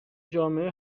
جامعه